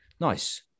Nice